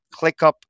ClickUp